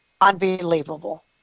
unbelievable